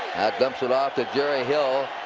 dumps it off to jerry hill.